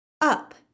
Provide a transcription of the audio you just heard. Up